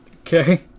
Okay